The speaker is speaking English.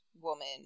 woman